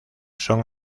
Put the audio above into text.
son